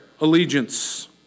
allegiance